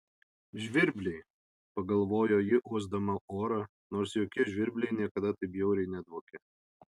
žvirbliai pagalvojo ji uosdama orą nors jokie žvirbliai niekada taip bjauriai nedvokė